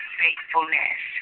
faithfulness